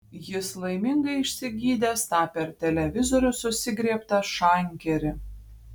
jis laimingai išsigydęs tą per televizorių susigriebtą šankerį